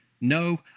No